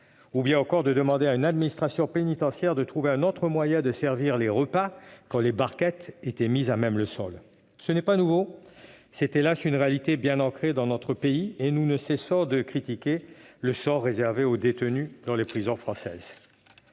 fonctionnement ou demander à l'administration pénitentiaire de trouver un autre moyen de servir les repas que de déposer les barquettes à même le sol ? Ce n'est pas nouveau. C'est, hélas ! une réalité bien ancrée dans notre pays, et nous ne cessons de critiquer le sort réservé aux détenus dans les prisons françaises.